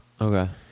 Okay